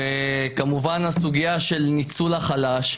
וכמובן הסוגיה של ניצול החלש,